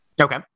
Okay